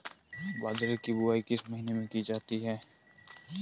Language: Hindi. बाजरे की बुवाई किस महीने में की जाती है?